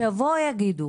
שיבואו יגידו,